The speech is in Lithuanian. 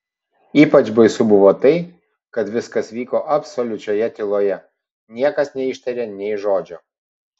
ypač baisu buvo tai kad viskas vyko absoliučioje tyloje niekas neištarė nė žodžio